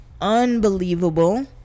unbelievable